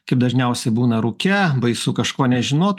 kaip dažniausiai būna rūke baisu kažko nežinot